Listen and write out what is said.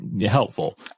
helpful